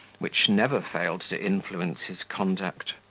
which never failed to influence his conduct.